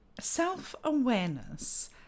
Self-awareness